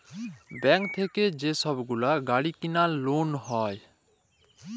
bank থ্যাইকে যে ছব গুলা গাড়ি কিলার লল হ্যয়